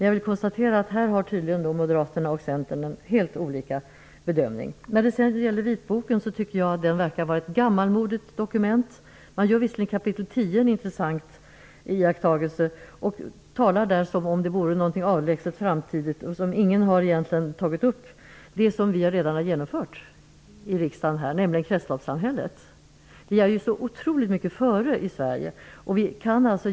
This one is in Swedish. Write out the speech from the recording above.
Jag konstaterar att Moderaterna och Centern tydligen gör helt olika bedömningar. Jag tycker att vitboken verkar utgöra ett gammalmodigt dokument. I kap. 10 gör man visserligen en intressant iakttagelse. Där talar man om sådant som vi redan har genomfört i riksdagen -- kretsloppssamhället -- som om det gäller något avlägset i framtiden som ingen har tagit upp. I Sverige är vi så otroligt mycket före andra länder.